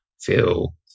feel